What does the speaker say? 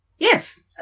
Yes